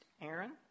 Aaron